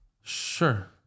Sure